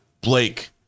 Blake